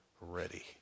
ready